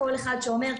כמו שפורסם,